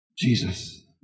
Jesus